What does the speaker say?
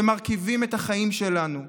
שמרכיבים את החיים שלנו,